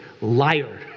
liar